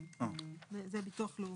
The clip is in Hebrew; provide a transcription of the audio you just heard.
זה ביטוח לאומי.